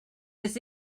this